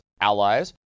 allies